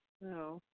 No